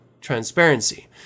transparency